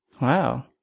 Wow